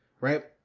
Right